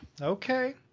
Okay